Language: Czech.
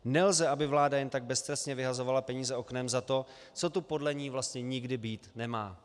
Nelze, aby vláda jen tak beztrestně vyhazovala peníze oknem za to, co tu podle ní vlastně nikdy být nemá.